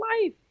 life